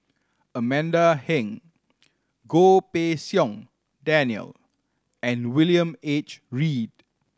Amanda Heng Goh Pei Siong Daniel and William H Read